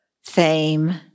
fame